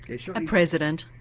a so and president.